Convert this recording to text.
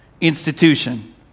institution